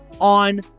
on